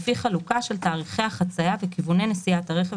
לפי חלוקה של תאריכי החצייה וכיווני נסיעת הרכב